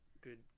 good